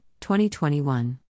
2021